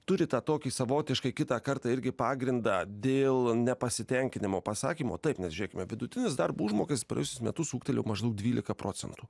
turi tą tokį savotišką kitą kartą irgi pagrindą dėl nepasitenkinimo pasakymo taip nes žiūrėkime vidutinis darbo užmokestį praėjusius metus ūgtelėjo maždaug dvylika procentų